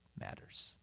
matters